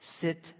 Sit